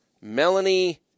Melanie